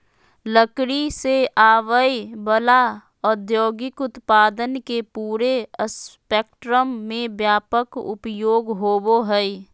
लकड़ी से आवय वला औद्योगिक उत्पादन के पूरे स्पेक्ट्रम में व्यापक उपयोग होबो हइ